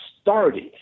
started